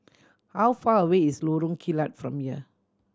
how far away is Lorong Kilat from here